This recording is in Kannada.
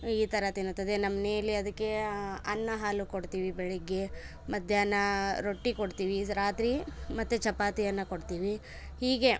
ಈ ತರಹ ತಿನ್ನುತ್ತದೆ ನಮ್ಮನೇಲಿ ಅದಕ್ಕೆ ಅನ್ನ ಹಾಲು ಕೊಡ್ತೀವಿ ಬೆಳಿಗ್ಗೆ ಮಧ್ಯಾಹ್ನ ರೊಟ್ಟಿ ಕೊಡ್ತೀವಿ ರಾತ್ರಿ ಮತ್ತೆ ಚಪಾತಿಯನ್ನು ಕೊಡ್ತೀವಿ ಹೀಗೆ